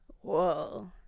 Whoa